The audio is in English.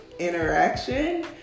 interaction